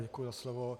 Děkuji za slovo.